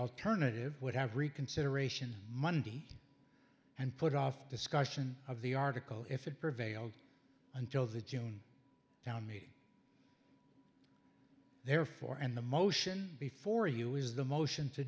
alternative would have reconsideration monday and put off discussion of the article if it prevailed until the june town meeting therefore and the motion before you is the motion to